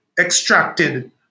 extracted